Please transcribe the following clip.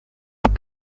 with